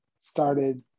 started